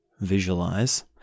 visualize